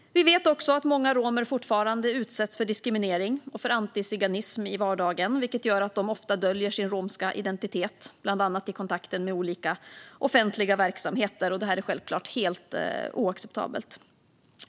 Vi vet att många romer fortfarande utsätts för diskriminering och antiziganism i vardagen vilket gör att de ofta döljer sin romska identitet, bland annat i kontakten med olika offentliga verksamheter. Det är självklart helt oacceptabelt.